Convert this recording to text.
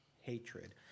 hatred